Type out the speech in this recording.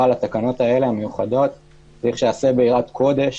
לתקנות המיוחדות האלה צריך להיעשות ביראת קודש